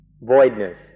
voidness